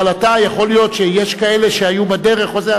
אבל אתה יכול להיות שיש כאלה שהיו בדרך או זה,